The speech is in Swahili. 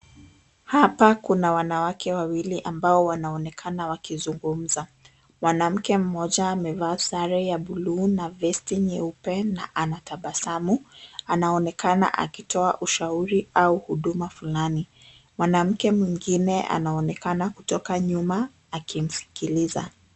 Hapa kuna wanawake wawili ambao wanaonekana wakizungumza. Mwanamke mmoja amevaa sare ya blue na vesti nyeupe, na anatabasamu. Anaonekana akitoa ushauri au huduma fulani. Mwanamke mwingine anaonekana kutoka nyuma, akimsikiliza.